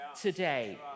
today